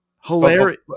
hilarious